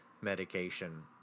medication